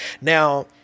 now